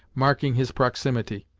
marking his proximity.